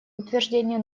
утверждения